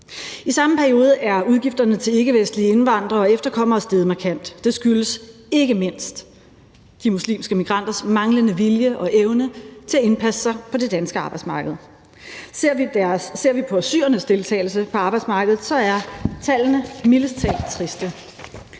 I samme periode er udgifterne til ikkevestlige indvandrere og efterkommere steget markant. Det skyldes ikke mindst de muslimske migranters manglende vilje og evne til at indpasse sig på det danske arbejdsmarked. Ser vi på syrernes deltagelse på arbejdsmarkedet, er tallene mildest talt triste.